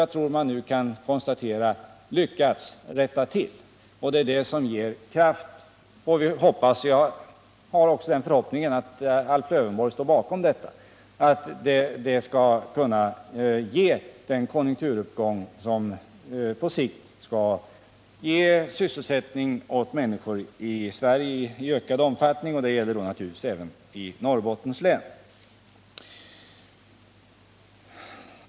Jag tror att man nu kan konstatera att det lyckats. Det är detta som ger kraft, och jag hoppas att också Alf Lövenborg delar vår önskan att det skall kunna ge en konjunkturuppgång som på sikt kan öka sysselsättningen för människorna här i landet. Det gäller då naturligtvis också dem som bor i Norrbottens län.